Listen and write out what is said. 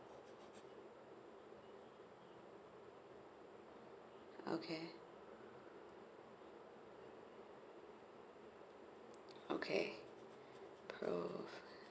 okay okay proof